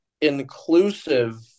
inclusive